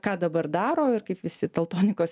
ką dabar daro ir kaip visi teltonikos